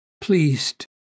pleased